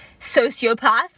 sociopath